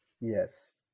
yes